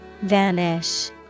Vanish